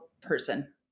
person